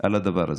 על הדבר הזה,